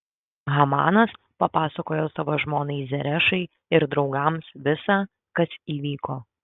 hamanas papasakojo savo žmonai zerešai ir draugams visa kas įvyko